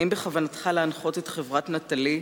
האם בכוונתך להנחות את חברת "נטלי"